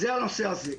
זה הנושא הזה.